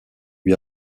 lui